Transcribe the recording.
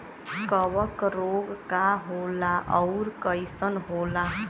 कवक रोग का होला अउर कईसन होला?